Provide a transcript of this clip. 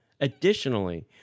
additionally –